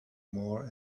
more